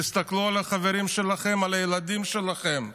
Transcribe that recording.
תסתכלו על החברים שלכם, על הילדים שלכם.